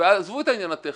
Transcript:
ועזבו את העניין הטכני,